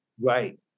Right